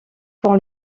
pour